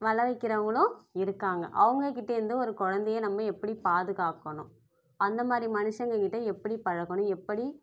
வலை வைக்கிறவங்களும் இருக்காங்க அவங்க கிட்டேயிருந்து ஒரு குழந்தைய நம்ம எப்படி பாதுகாக்கணும் அந்தமாதிரி மனுஷங்கள் கிட்டே எப்படி பழகணும் எப்படி